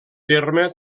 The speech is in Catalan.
terme